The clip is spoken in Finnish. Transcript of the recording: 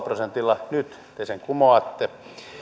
prosentilla nyt te sen kumoatte